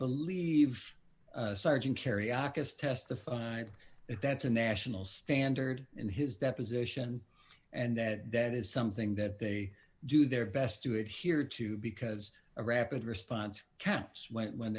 believe sergeant carey august testified that that's a national standard in his deposition and that that is something that they do their best to it here too because a rapid response caps went when